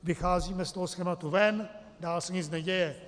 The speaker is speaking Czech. Vycházíme z toho schématu ven, dál se nic neděje.